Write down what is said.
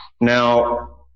Now